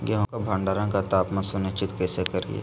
गेहूं का भंडारण का तापमान सुनिश्चित कैसे करिये?